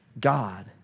God